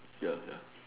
ya ya